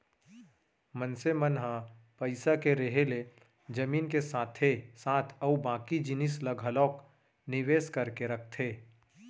मनसे मन ह पइसा के रेहे ले जमीन के साथे साथ अउ बाकी जिनिस म घलोक निवेस करके रखथे